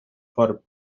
for